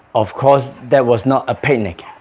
of course that was not a picnic,